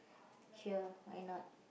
sure why not